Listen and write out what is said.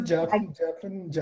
Japanese